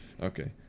okay